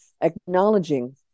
acknowledging